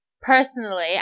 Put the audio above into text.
Personally